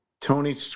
Tony